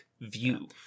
view